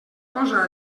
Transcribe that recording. posa